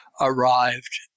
arrived